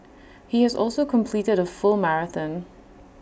he has also completed A full marathon